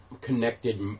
connected